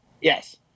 Yes